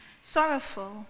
Sorrowful